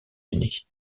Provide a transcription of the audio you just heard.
unis